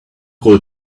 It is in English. call